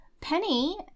penny